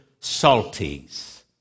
salties